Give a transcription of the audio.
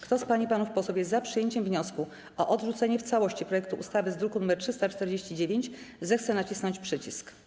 Kto z pań i panów posłów jest za przyjęciem wniosku o odrzucenie w całości projektu ustawy z druku nr 349, zechce nacisnąć przycisk.